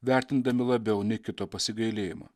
vertindami labiau nei kito pasigailėjimą